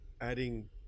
adding